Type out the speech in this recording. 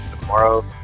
tomorrow